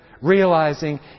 realizing